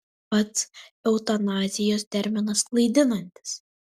pats eutanazijos terminas klaidinantis